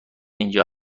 اینجا